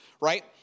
right